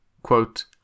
quote